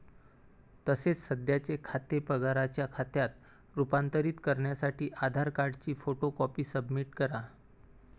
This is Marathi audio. तसेच सध्याचे खाते पगाराच्या खात्यात रूपांतरित करण्यासाठी आधार कार्डची फोटो कॉपी सबमिट करा